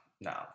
No